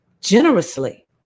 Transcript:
generously